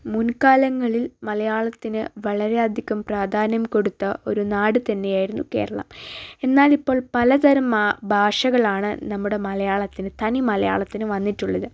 മുൻകാലങ്ങളിൽ മലയാളത്തിന് വളരെ അധികം പ്രാധാന്യം കൊടുത്ത ഒരു നാട് തന്നെയായിരുന്നു കേരളം എന്നാലിപ്പോൾ പലതരം ഭാഷകളാണ് നമ്മുടെ മലയാളത്തിന് തനി മലയാളത്തിന് വന്നിട്ടുള്ളത്